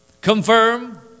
confirm